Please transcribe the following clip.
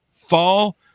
fall